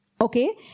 Okay